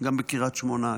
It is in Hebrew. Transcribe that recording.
גם בקריית שמונה,